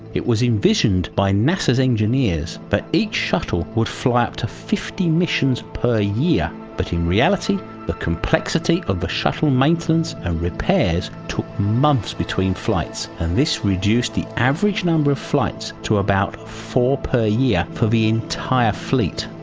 it was envisioned by nasa's engineers that but each shuttle would fly up to fifty missions per year but in reality the complexity of the shuttle maintenance and ah repairs took months between flights and this reduced the average number of flights to about four per year for the entire fleet.